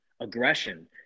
aggression